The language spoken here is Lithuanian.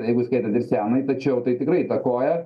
jeigu skaitant ir senąjį tačiau tai tikrai įtakoja